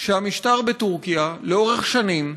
שהמשטר בטורקיה, לאורך שנים,